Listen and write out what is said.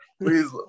please